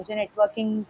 networking